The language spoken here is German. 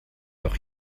doch